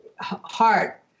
heart